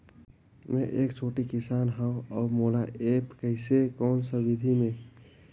मै एक छोटे किसान हव अउ मोला एप्प कइसे कोन सा विधी मे?